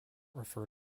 refer